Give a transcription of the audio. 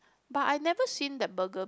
but I never seen that burger